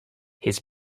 his